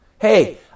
Hey